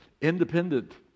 Independent